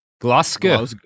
Glasgow